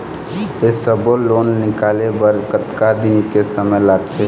ये सब्बो लोन निकाले बर कतका दिन के समय लगथे?